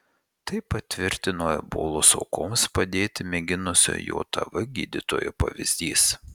tai patvirtino ebolos aukoms padėti mėginusio jav gydytojo pavyzdys